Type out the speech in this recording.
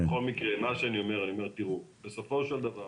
בכל מקרה אני אומר שבסופו של דבר